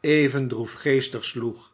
even droefgeestig sloeg